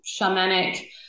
shamanic